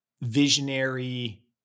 visionary